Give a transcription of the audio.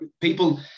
people